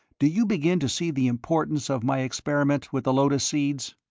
do you begin to see the importance of my experiment with the lotus seeds?